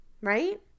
right